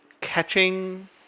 catching